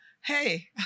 hey